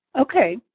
Okay